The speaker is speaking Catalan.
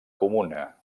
comuna